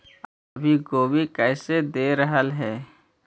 अभी गोभी कैसे दे रहलई हे?